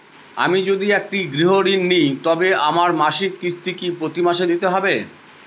আমি যদি একটি গৃহঋণ নিই তবে আমার মাসিক কিস্তি কি প্রতি মাসে দিতে হবে?